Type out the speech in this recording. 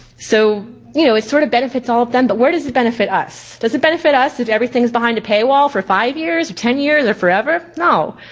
so you know, it sort of benefits all of them, but where does it benefit us? does it benefit us if everything's behind a paywall for five year or ten years, or forever? no,